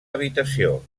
habitació